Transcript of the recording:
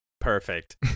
perfect